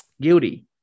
Guilty